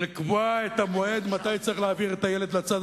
ולקבוע את המועד מתי צריך להעביר את הילד לצד